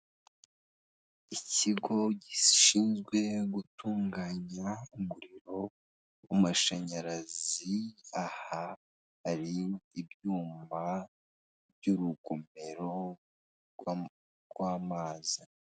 Ikigo gishinzwe gutunganya umuriro w'amashanyarazi, aha hari ibyuma by'urugomero rw'amazi.